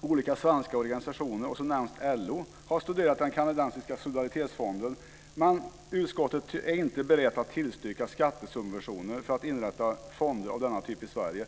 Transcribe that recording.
olika svenska organisationer, här nämns LO, har studerat den kanadensiska solidaritetsfonden men att utskottet inte är berett att tillstyrka skattesubventioner för att inrätta fonder av denna typ i Sverige.